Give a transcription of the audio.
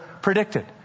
predicted